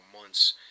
months